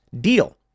deal